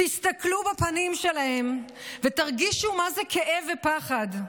תסתכלו בפנים שלהם ותרגישו מה זה כאב ופחד.